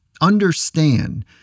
Understand